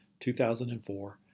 2004